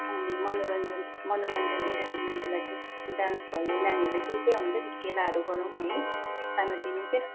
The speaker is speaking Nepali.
अनि मनोरञ्जन मनोरञ्जन इन्टरटेन्मेन्टको लागि डान्स भयो नानीहरूलाई के के हुन्छ नि खेलाहरू गरौँ है सानोतिनो